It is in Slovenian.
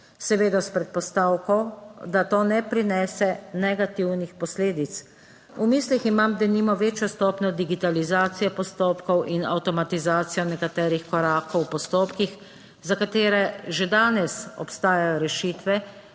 seveda s predpostavko, da to ne prinese negativnih posledic. V mislih imam denimo večjo stopnjo digitalizacije postopkov in avtomatizacijo nekaterih korakov v postopkih, za katere že danes obstajajo rešitve,